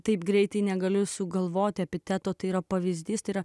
taip greitai negaliu sugalvoti epitetų tai yra pavyzdys yra